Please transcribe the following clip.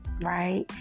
right